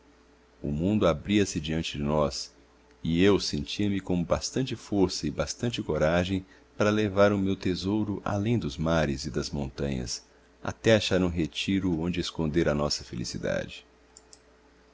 o mundo abria-se diante de nós e eu sentia-me com bastante força e bastante coragem para levar o meu tesouro além dos mares e das montanhas até achar um retiro onde esconder a nossa felicidade